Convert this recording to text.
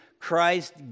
Christ